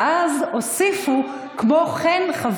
ואז הוסיפו: כמו כן,